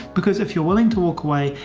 because if you're willing to walk away,